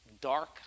dark